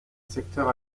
secteur